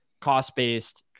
cost-based